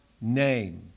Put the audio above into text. name